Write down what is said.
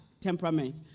temperament